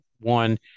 one